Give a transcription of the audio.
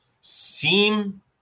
seem